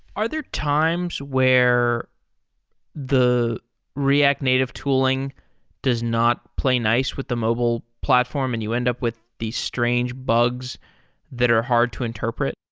are there times where the react native tooling does not play nice with the mobile platform and you end up with these strange bugs that are hard to interpret?